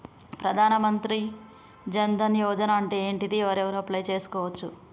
ప్రధాన మంత్రి జన్ ధన్ యోజన అంటే ఏంటిది? ఎవరెవరు అప్లయ్ చేస్కోవచ్చు?